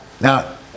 Now